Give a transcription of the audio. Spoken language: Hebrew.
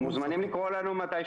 אתם מוזמנים לקרוא לנו מתי שאתם רוצים.